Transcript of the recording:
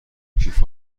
کیف